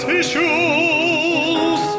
issues